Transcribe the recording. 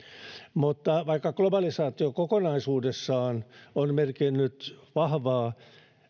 mutta vaikka globalisaatio kokonaisuudessaan on merkinnyt vahvaa